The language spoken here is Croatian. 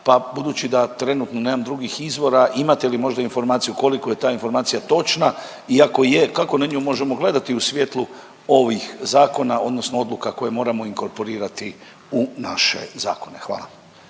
budući da trenutno nemam drugih izvora, imate li možda informaciju koliko je ta informacija točna i ako je, kako na nju možemo gledati u svjetlu ovih zakona, odnosno odluka koje moramo inkorporirati u naše zakone? Hvala.